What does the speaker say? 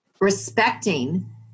respecting